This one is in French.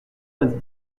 vingt